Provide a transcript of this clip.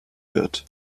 wird